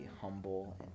humble